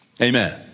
Amen